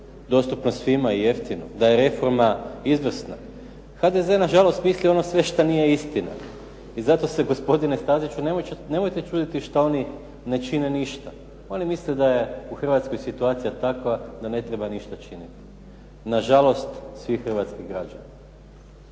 Dostupno svima i jeftino, da je reforma izvrsna. HDZ nažalost misli ono sve što nije istina i zato se gospodine Staziću nemojte čuditi što oni ne čine ništa. oni misle da je u Hrvatskoj situacija takva da ne treba ništa činiti, na žalost svih hrvatskih građana.